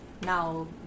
now